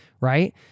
right